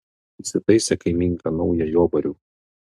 įsitaisė kaimynka naują jobarių